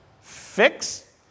fix